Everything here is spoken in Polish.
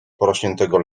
porośniętego